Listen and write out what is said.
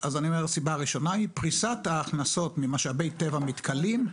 אני אומר שהסיבה הראשונה היא פריסת ההכנסות ממשאבי טבע מתכלים.